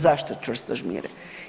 Zašto čvrsto žmire?